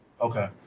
Okay